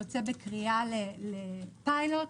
שיוצא בקריאה לפיילוט.